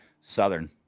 southern